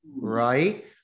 right